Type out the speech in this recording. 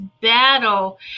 battle